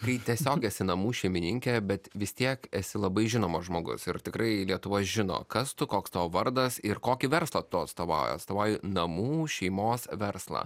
kai tiesiog esi namų šeimininkė bet vis tiek esi labai žinomas žmogus ir tikrai lietuva žino kas tu koks tavo vardas ir kokį verslą tu atstovauji atstovauji namų šeimos verslą